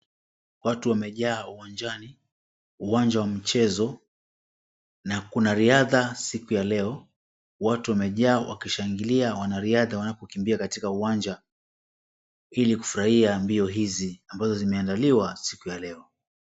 Watu wamejaa uwanjani, uwanja wa mchezo, na kuna riadha siku ya leo. Watu wamejaa wakishangilia wanariadha wanapokimbia katika uwanja, ili kufurahia mbio hizi ambazo zimeandaliwa siku ya leo.